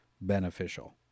beneficial